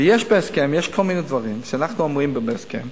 יש בהסכם, יש כל מיני דברים שאנחנו אומרים בהסכם: